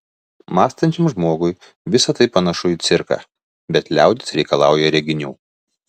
mąstančiam žmogui visa tai panašu į cirką bet liaudis reikalauja reginių